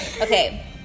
okay